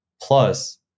Plus